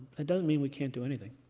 that doesn't mean we can't do anything.